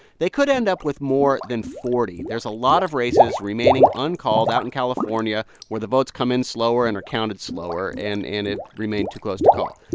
they could end up with more than forty. there's a lot of races remaining uncalled out in california where the votes come in slower and are counted slower and and remained too close to call.